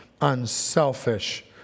unselfish